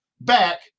back